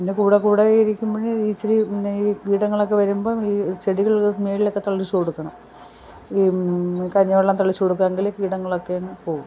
പിന്നെ കൂടെ കൂടെയിരിക്കുമ്പോൾ ഇച്ചിരി നെയ് കീടങ്ങളൊക്കെ വരുമ്പം ഈ ചെടികൾ മേളിലൊക്ക തളിച്ച് കൊടുക്കണം ഈ കഞ്ഞിവെള്ളം തളിച്ച് കൊടുക്കാങ്കിൽ കീടങ്ങളൊക്കെയങ്ങ് പോകും